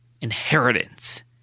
inheritance